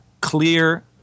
clear